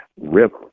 river